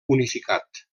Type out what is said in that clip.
unificat